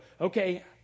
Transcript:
okay